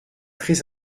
très